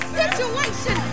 situation